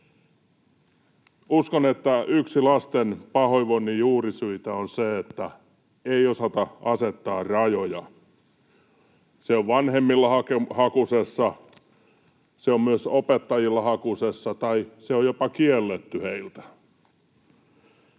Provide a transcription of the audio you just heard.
Uskon, että yksi lasten pahoinvoinnin juurisyitä on se, että ei osata asettaa rajoja. Se on vanhemmilla hakusessa. Se on myös opettajilla hakusessa, tai se on jopa kielletty heiltä.